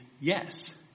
yes